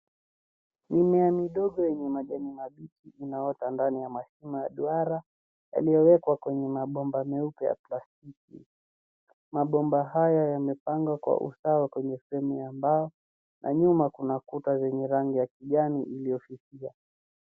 Mimea midogo yenye majani mabichi inaota ndani ya mashimo ya duara yaliyowekwa kwenye mabomba meupe ya plastiki mabomba haya yamepandwa kwa usawa kwenye sehemu ya mbao na nyuma kuna kuta zenye rangi ya kijani iliyofifia.